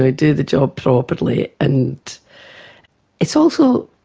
ah do the job properly. and it's also,